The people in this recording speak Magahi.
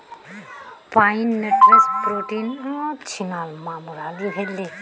पाइन नट्स प्रोटीन, आयरन आर मैग्नीशियमेर कारण काहरो ऊर्जा स्तरक बढ़वा पा छे